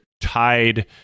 tied